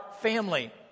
family